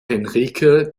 henrike